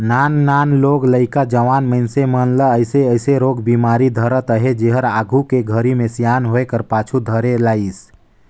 नान नान लोग लइका, जवान मइनसे मन ल अइसे अइसे रोग बेमारी धरत अहे जेहर आघू के घरी मे सियान होये पाछू धरे लाइस